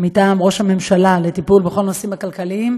מטעם ראש הממשלה לטיפול בכל הנושאים הכלכליים,